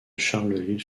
charleville